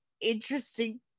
interesting